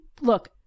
look